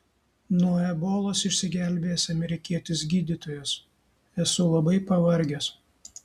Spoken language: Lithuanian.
nuo ebolos išsigelbėjęs amerikietis gydytojas esu labai pavargęs